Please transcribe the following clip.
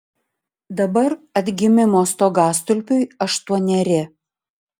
dabar atgimimo stogastulpiui aštuoneri